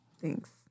Thanks